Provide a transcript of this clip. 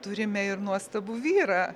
turime ir nuostabų vyrą